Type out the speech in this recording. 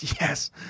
Yes